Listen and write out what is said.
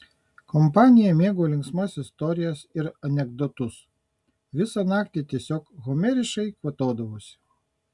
kompanija mėgo linksmas istorijas ir anekdotus visą naktį tiesiog homeriškai kvatodavosi